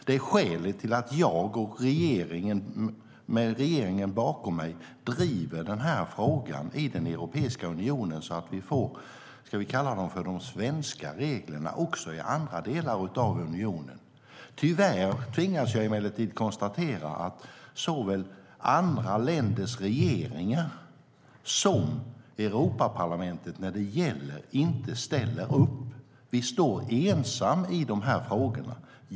Det är också skälet till att jag med regeringen bakom mig driver den här frågan i Europeiska unionen i syfte att få "svenska" regler även i andra delar av unionen. Tyvärr tvingas jag emellertid konstatera att såväl andra länders regeringar som Europaparlamentet inte ställer upp när det gäller. Vi står ensamma i de här frågorna.